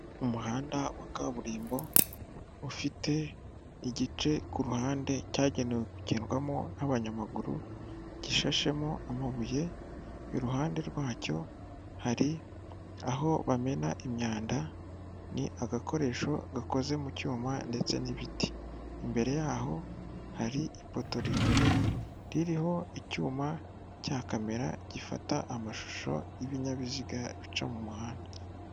Umuhanda wa kaburimbo ufite igice ku ruhande cyagenewe kugendwamo n'abanyamaguru, gishashemo amabuye, iruhande rwacyo hari aho bamena imyanda, ni agakoresho gakoze mu cyuma ndetse n'ibiti. Imbere yaho hari ipoto rinini ririho icyuma cya kamera gifata amashusho y'ibinyabiziga bica mu muhanda.